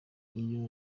iyo